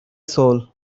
soul